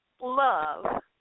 love